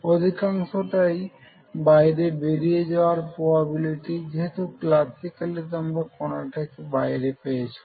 অধিকাংশটাই বাইরে বেরিয়ে যাওয়ার প্রবাবিলিটি যেহেতু ক্লাসিক্যালি তোমরা কণাটিকে বাইরে পেয়েছো